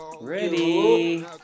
Ready